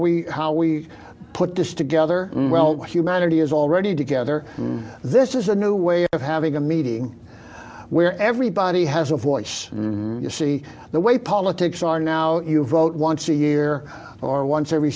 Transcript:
we how we put this together humanity is already together this is a new way of having a meeting where everybody has a voice you see the way politics are now you vote once a year or once every